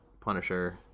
Punisher